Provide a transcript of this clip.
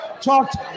talked